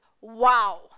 wow